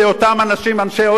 אנשי עוספיא ודאליה,